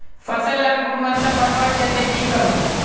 फसल लार गुणवत्ता बढ़वार केते की करूम?